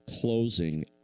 closing